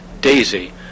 Daisy